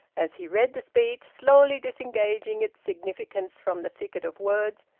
as he read the speech, slowly disengaging its significance from the thicket of words,